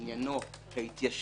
שיש בה משהו